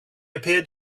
appeared